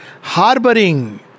harboring